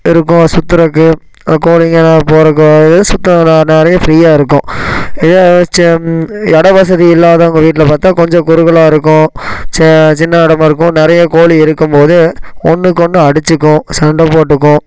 இருக்கும் சுத்தறதுக்கு கோழிங்கள்லாம் போறதுக்கு சுற்றி வர நிறைய ஃப்ரீயாக இருக்கும் இதே இட வசதி இல்லாதவங்க வீட்டில் பார்த்தா கொஞ்சம் குறுகலாக இருக்கும் சின்ன இடமா இருக்கும் நிறைய கோழி இருக்கும்போது ஒன்னுக்கொன்று அடித்துக்கும் சண்டை போட்டுக்கும்